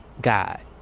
God